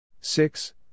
six